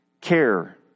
Care